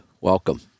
welcome